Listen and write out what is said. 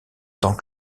tant